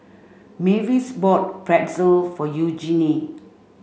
Mavis bought Pretzel for Eugenie